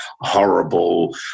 horrible